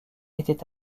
était